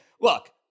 look